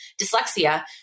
dyslexia